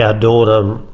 yeah daughter, um